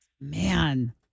Man